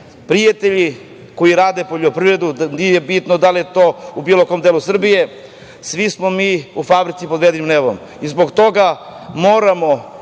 Prijatelji koji rade poljoprivredu, nije bitno da li je to u bilo kom delu Srbije, svi smo mi u fabrici pod vedrim nebom i zbog toga moramo